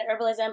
herbalism